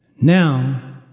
Now